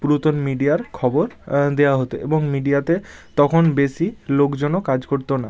পুরাতন মিডিয়ার খবর দেওয়া হতো এবং মিডিয়াতে তখন বেশি লোকজনও কাজ করতো না